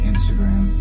Instagram